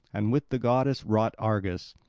and with the goddess wrought argus.